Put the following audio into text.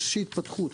יש התפתחות.